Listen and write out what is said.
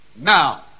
Now